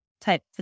type